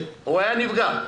הוא היה הנפגע.